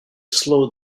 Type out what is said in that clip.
slowed